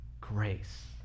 grace